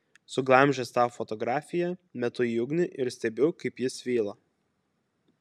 suglamžęs tą fotografiją metu į ugnį ir stebiu kaip ji svyla